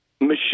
Michelle